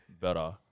better